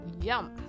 Yum